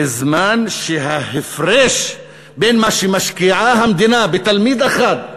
בזמן שההפרש בין מה שמשקיעה המדינה בתלמיד אחד,